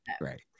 right